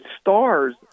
stars